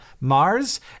Mars